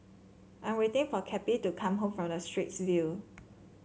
I'm waiting for Cappie to come back from Straits View